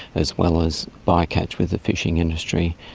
as well as by-catch with the fishing industry,